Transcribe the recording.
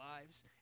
lives